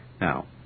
Now